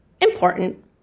Important